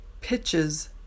Pitches